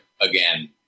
again